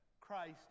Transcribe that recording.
Christ